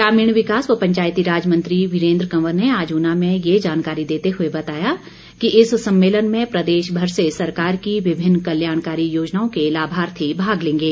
ग्रामीण विकास व पंचायती राज मंत्री वीरेन्द्र कंवर ने आज ऊना में ये जानकारी देते हुए बताया कि इस सम्मेलन में प्रदेशभर से सरकार की विभिन्न कल्याणकारी योजनाओं के लाभार्थी भाग लेंगे